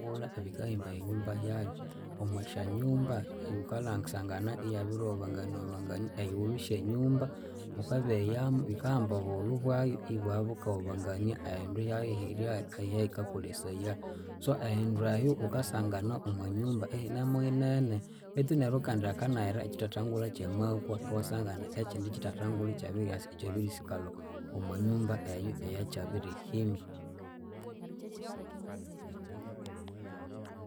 Ebithathangulha bikahimba ehinyumba hyabyu omwasyanyumba wukanasangana ibyabiriwobengania wobengania eyiwulu sye nyumba wukabyeghayamu bikahamba obuwulhu bwayu iyayikawobyengania ehindu hyayu hirya ehyayikakolesaya so ehindu ehyo wukasangana omwanyumba ihinemu hinene. Betu kandi hakinayira ekyitatangulha kyamakwa iwasangana ekyindi kyithathangulha ikyabiryasa ikyabirisyikalha omwanyumba eyu eyakyabirihimba